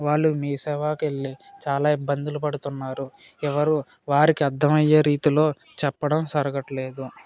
వాళ్ళు మీ సేవకి వెళ్ళి చాలా ఇబ్బందులు పడుతున్నారు ఎవరు వారికి అర్థమయ్యే రీతిలో చెప్పడం జరగటం లేదు